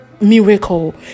miracle